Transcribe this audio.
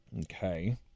Okay